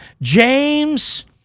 James